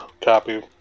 copy